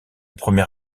premier